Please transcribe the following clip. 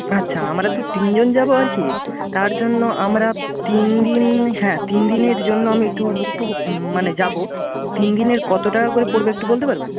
আচ্ছা আমরা তো তিনজন যাব আর কি তার জন্য আমরা তিনদিন হ্যাঁ তিন দিনের জন্য আমি ট্যুর মানে যাব তিন দিনের কত টাকা করে পড়বে একটু বলতে পারবেন